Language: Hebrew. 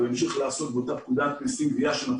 הוא ימשיך לעסוק באותה פקודת מיסים גבייה.